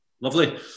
Lovely